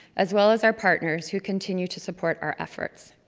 as well as our partners who continue to support our efforts.